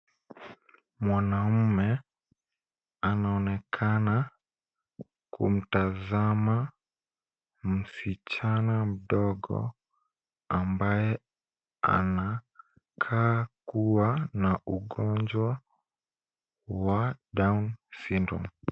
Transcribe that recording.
Mwanaume anaonekana kumtazama msichana mdogo ambaye anakaa kuwa na ugonjwa wa down syndrome .